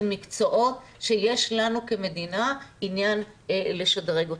מקצועות שיש לנו כמדינה עניין לשדרג אותם.